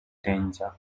danger